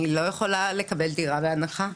אני לא יכולה לקבל דירה בהנחה,